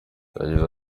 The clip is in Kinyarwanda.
yagize